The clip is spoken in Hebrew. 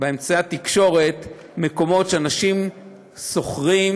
באמצעי התקשורת מקומות שאנשים שוכרים,